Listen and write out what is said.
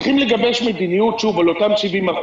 צריכים לגבש מדיניות על אותם 70%,